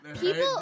people